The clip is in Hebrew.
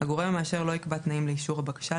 הגורם המאשר לא יקבע תנאים לאישור הבקשה,